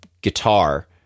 guitar